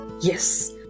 Yes